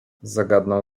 zagadnął